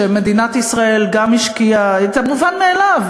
שמדינת ישראל גם השקיעה את המובן מאליו,